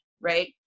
right